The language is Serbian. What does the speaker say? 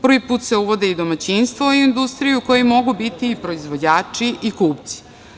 Prvi put se uvode i domaćinstva u industriju koji mogu biti proizvođači i kupci.